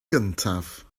gyntaf